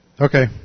Okay